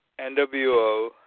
NWO